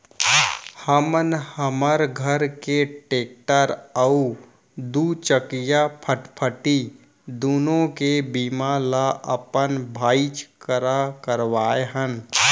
हमन हमर घर के टेक्टर अउ दूचकिया फटफटी दुनों के बीमा ल अपन भाईच करा करवाए हन